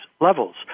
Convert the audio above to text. levels